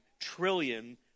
trillion